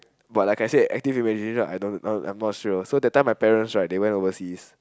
but like I said active imagination I don't know I'm not sure so that time my parents right they went overseas